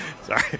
Sorry